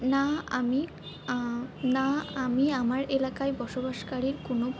না আমি না আমি আমার এলাকায় বসবাসকারীর কোনো